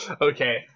okay